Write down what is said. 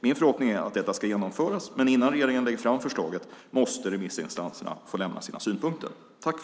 Min förhoppning är att detta ska genomföras, men innan regeringen lägger fram förslaget måste remissinstanserna få lämna sina synpunkter.